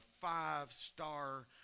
five-star